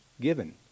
given